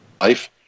life